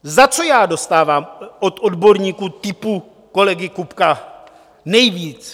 Za co já dostávám od odborníků typu kolegy Kubka nejvíc?